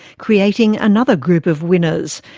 creating another group of winners,